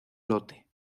lote